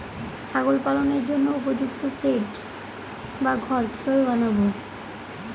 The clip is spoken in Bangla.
ছাগল পালনের জন্য উপযুক্ত সেড বা ঘর কিভাবে বানাবো?